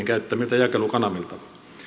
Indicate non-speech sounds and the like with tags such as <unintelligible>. <unintelligible> käyttämiltä jakelukanavilta